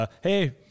Hey